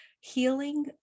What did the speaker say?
Healing